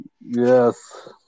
Yes